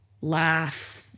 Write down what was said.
laugh